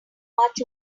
much